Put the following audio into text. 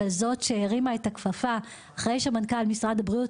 אבל זו שהרימה את הכפפה לאחר שמנכ"ל משרד הבריאות